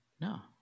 no